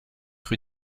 rue